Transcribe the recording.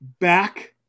back